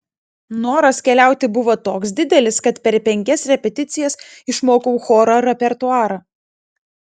noras keliauti buvo toks didelis kad per penkias repeticijas išmokau choro repertuarą